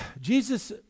Jesus